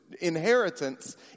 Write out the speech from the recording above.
inheritance